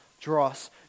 dross